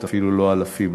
אפילו לא אלפים,